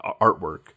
artwork